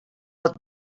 pot